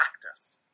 practice